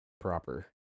proper